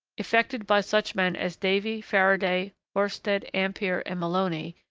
effected by such men as davy, faraday, oersted, ampere, and melloni,